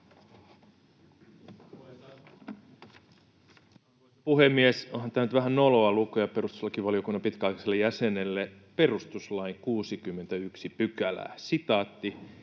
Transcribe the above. puhemies! Onhan tämä nyt vähän noloa lukea perustuslakivaliokunnan pitkäaikaiselle jäsenelle perustuslain 61 §:ää.